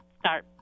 start